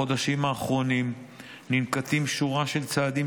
בחודשים האחרונים ננקטת שורה של צעדים